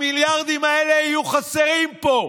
המיליארדים האלה יהיו חסרים פה,